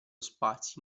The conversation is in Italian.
sparsi